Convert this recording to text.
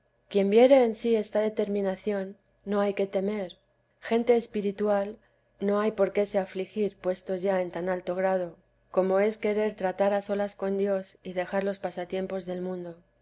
quien viere en sí esta determinación no hay que temer gente espiritual no hay por qué se afligir puestos ya en tan alto grado como es querer tratar a solas con dios y dejar los pasatiempos del mundo